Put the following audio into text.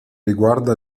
riguarda